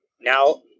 now